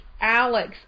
Alex